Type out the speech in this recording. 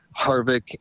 Harvick